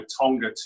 Tonga